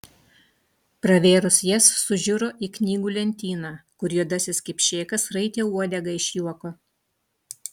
pravėrus jas sužiuro į knygų lentyną kur juodasis kipšėkas raitė uodegą iš juoko